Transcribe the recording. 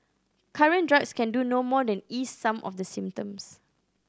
current drugs can do no more than ease some of the symptoms